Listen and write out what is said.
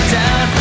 down